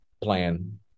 plan